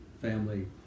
family